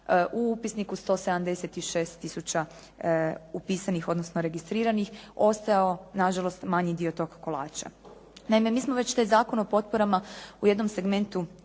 u upisniku 176 tisuća upisanih odnosno registriranih ostao na žalost manji dio tog kolača. Naime, mi smo već taj zakon o potporama u jednom segmentu